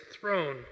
throne